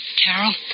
Carol